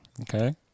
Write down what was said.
Okay